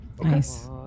Nice